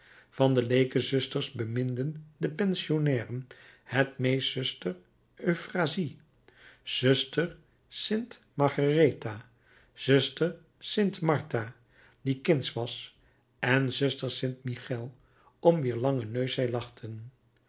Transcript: van de leekezusters beminden de pensionnairen het meest zuster euphrasie zuster st margeretha zuster st martha die kindsch was en zuster st michel om wier langen neus zij lachten